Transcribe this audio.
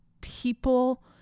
people